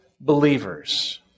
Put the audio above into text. believers